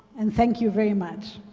and thank you very much.